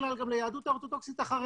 כלל גם ליהדות האורתודוקסית החרדית.